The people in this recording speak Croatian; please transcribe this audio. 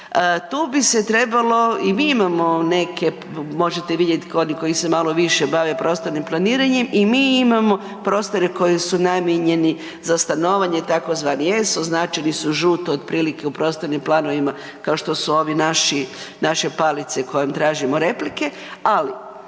Tu bi se trebalo i mi imamo neke možete vidjeti oni koji se malo više bave prostornim planiranjem i mi imamo prostore koji su namijenjeni za stanovanje tzv. S označeni su žuto otprilike u prostornim planovima, kao što su ove naše palice kojim tražimo replike, ali